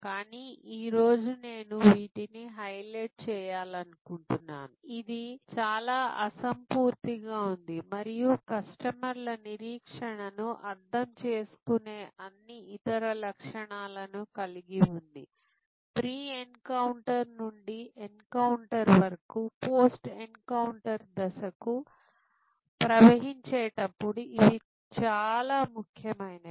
కానీ ఈ రోజు నేను వీటిని హైలైట్ చేయాలనుకుంటున్నాను ఇది చాలా అసంపూర్తిగా ఉంది మరియు కస్టమర్ల నిరీక్షణను అర్థం చేసుకునే అన్ని ఇతర లక్షణాలను కలిగి ఉంది ప్రీ ఎన్కౌంటర్ నుండి ఎన్కౌంటర్వరకు పోస్ట్ ఎన్కౌంటర్ దశకు ప్రవహించేటప్పుడు ఇవి చాలా ముఖ్యమైనవి